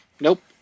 Nope